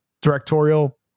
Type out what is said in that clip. directorial